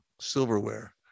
silverware